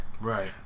Right